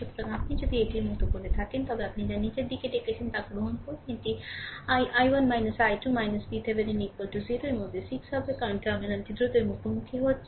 সুতরাং আপনি যদি এটির মতো করে থাকেন তবে আপনি যা নীচের দিকে ডেকেছেন তা গ্রহণ করুন এটি i i1 i2 VThevenin 0 এর মধ্যে 6 হবে কারণ টার্মিনালটি দ্রুতই মুখোমুখি হচ্ছে